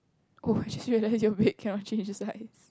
oh I just realise your bed cannot change size